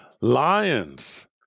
Lions